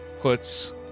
puts